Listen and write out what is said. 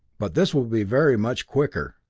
but this will be very much quicker.